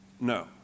No